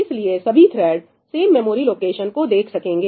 इसलिए सभी thread same memory location को देख सकेंगे